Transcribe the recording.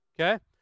okay